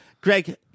Greg